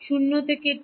0 থেকে টি